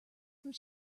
some